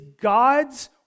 God's